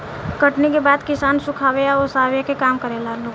कटनी के बाद किसान सुखावे आ ओसावे के काम करेला लोग